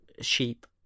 sheep